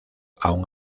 aún